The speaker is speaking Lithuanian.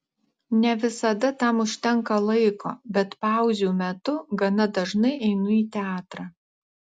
ne visada tam užtenka laiko bet pauzių metu gana dažnai einu į teatrą